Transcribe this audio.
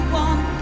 one